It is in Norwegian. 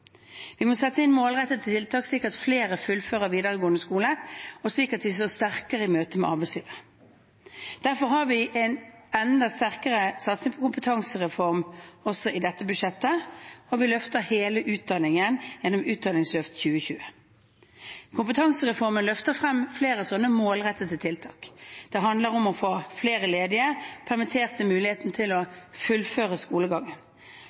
Vi må sette inn målrettede tiltak slik at flere fullfører videregående skole, og slik at de står sterkere i møte med arbeidslivet. Derfor har vi en enda sterkere satsing på kompetansereform også i dette budsjettet, og vi løfter hele utdanningen gjennom Utdanningsløft 2020. Kompetansereformen løfter frem flere slike målrettede tiltak. Det handler om å gi flere ledige og permitterte muligheten til å fullføre skolegangen.